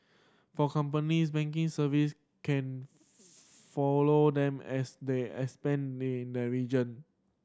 for companies banking service can follow them as they expand in the region